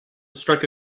strike